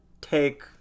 take